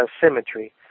symmetry